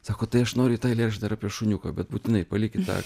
sako tai aš noriu į tą eilėraštį dar apie šuniuką bet būtinai palikit tą